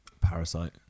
Parasite